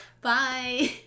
Bye